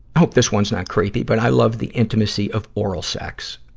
hope this one's not creepy, but i love the intimacy of oral sex,